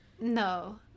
No